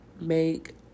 make